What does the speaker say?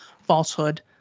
falsehood